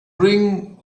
bring